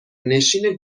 نشین